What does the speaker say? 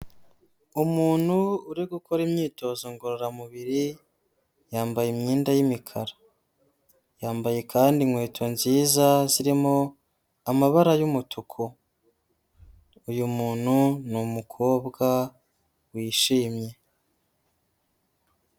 Umuntu uri gukora imyitozo ngororamubiri, yambaye imyenda y'imikara, yambaye kandi inkweto nziza zirimo amabara y'umutuku, uyu muntu ni umukobwa wishimye.